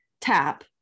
tap